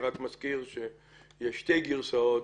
שתי גרסאות,